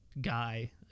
guy